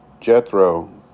Jethro